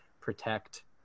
protect